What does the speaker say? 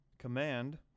Command